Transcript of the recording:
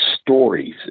stories